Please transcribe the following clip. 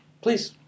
Please